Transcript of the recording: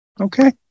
Okay